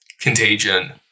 Contagion